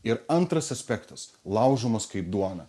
ir antras aspektas laužomas kaip duona